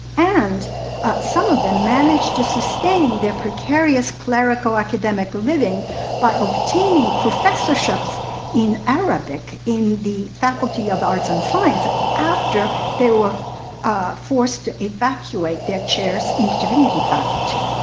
and some of them managed to sustain their precarious clerical academic living by obtaining professorships in arabic in the faculty of arts and science after they were forced to evacuate their chairs in divinity faculty.